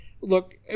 Look